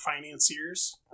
financiers